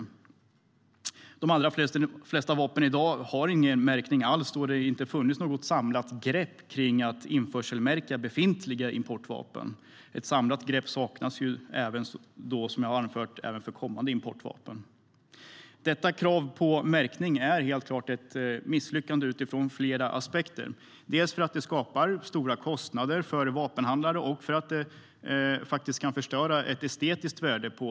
I dag har de allra flesta vapen ingen märkning alls då det inte har funnits något samlat grepp för att införselmärka befintliga importvapen. Ett samlat grepp saknas också, som jag har anfört, också för kommande importvapen. Kravet på märkning är helt klart ett misslyckande ur flera aspekter. Dels skapar det stora kostnader för vapenhandlare, dels för att det kan förstöra vapnets estetiska värde.